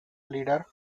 leader